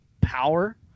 power